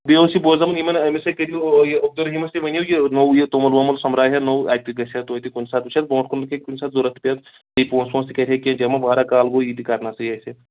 بیٚیہِ اوس یہِ بوزمُت یِمن أمِس کٔرو یہِ عبدالرحیٖمَس تہِ ؤنِو یہِ نوٚو یہِ توٚمُل ووٚمُل سَمرہا نوٚو اَتہِ تہِ گژھِ ہا توتہِ کُنہِ ساتہٕ وٕچھِ ہا برٛونٛٹھ کُن لُک کُنہِ ساتہٕ ضوٚرَتھ پیٚیَس بیٚیہِ پونٛسہٕ وونٛسہٕ تہِ کَرِ ہا کیٚنٛہہ جمع واریاہ کال گوٚو یہِ تہِ کَرنَسٕے اَسہِ